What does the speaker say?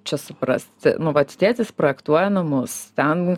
čia suprasti nu vat tėtis projektuoja namus ten